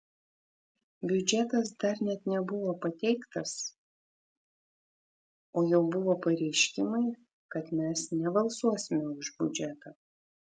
biudžetas dar net nebuvo pateiktas o jau buvo pareiškimai kad mes nebalsuosime už biudžetą